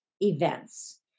events